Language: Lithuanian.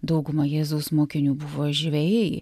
dauguma jėzaus mokinių buvo žvejai